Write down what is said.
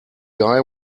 guy